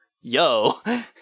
yo